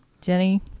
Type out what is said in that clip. Jenny